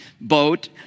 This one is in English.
boat